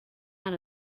out